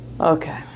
okay